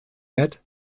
mead